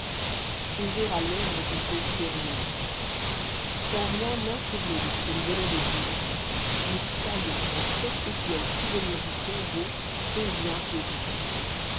songer à l'ombre est une chose sérieuse sans rien infirmer de ce que nous venons de dire nous croyons qu'un perpétuel souvenir du tombeau convient aux vivants